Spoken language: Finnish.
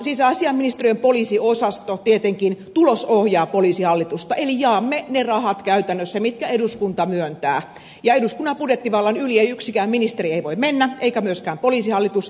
sisäasiainministeriön poliisiosasto tietenkin tulosohjaa poliisihallitusta eli jaamme ne rahat käytännössä mitkä eduskunta myöntää ja eduskunnan budjettivallan yli ei yksikään ministeri voi mennä eikä myöskään poliisihallitus